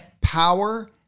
power